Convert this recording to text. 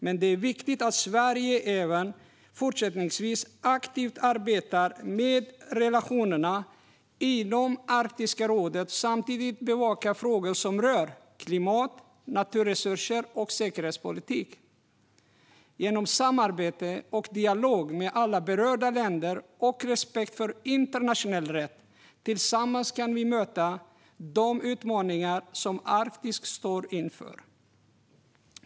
Men det är viktigt att Sverige även fortsättningsvis arbetar aktivt med relationerna inom Arktiska rådet och samtidigt bevakar frågor som rör klimat, naturresurser och säkerhetspolitik. Genom samarbete och dialog med alla berörda länder och med respekt för internationell rätt kan vi tillsammans möta de utmaningar som Arktis står inför.